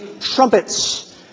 trumpets